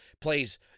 plays